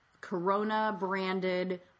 Corona-branded